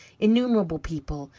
innumerable people,